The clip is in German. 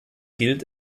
gilt